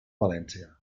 valència